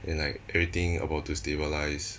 then like everything about to stabilise